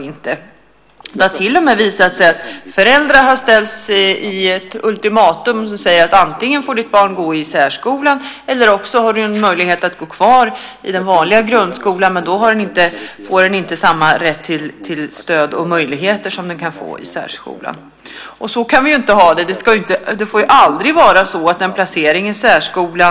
Det har visat sig att föräldrar till och med ställts inför ultimatumet att barnet antingen får gå i särskolan eller har möjlighet att gå kvar i den vanliga grundskolan men får då inte samma stöd och möjligheter som i särskolan. Så kan vi naturligtvis inte ha det. En placering i särskolan får aldrig bli en resursfråga.